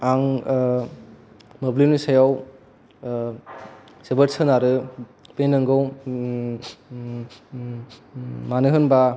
आं मोब्लिबनि सायाव जोबोर सोनारो बे नोंगौ मानो होनबा